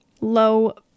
low